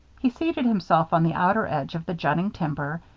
he seated himself on the outer end of the jutting timber,